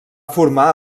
formar